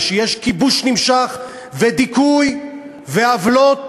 וכשיש כיבוש נמשך ודיכוי ועוולות,